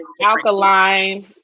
alkaline